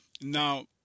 Now